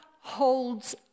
holds